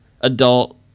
adult